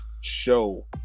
show